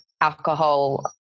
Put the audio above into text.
alcohol